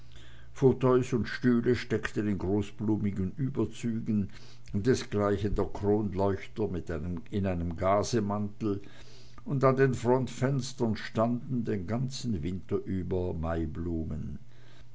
und stühle steckten in großblumigen überzügen desgleichen der kronleuchter in einem gazemantel und an den frontfenstern standen den ganzen winter über